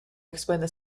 explained